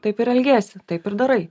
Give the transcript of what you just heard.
taip ir elgiesi taip ir darai